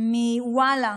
מוואלה